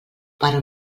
para